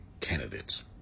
candidates